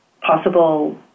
possible